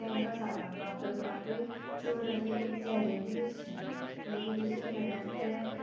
तांकां सांबाळपाक करपाकूय चड अशें एक चॅलेंज्यूस मागीर दुसरें म्हणल्यार ते